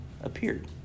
appeared